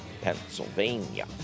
Pennsylvania